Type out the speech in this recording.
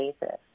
basis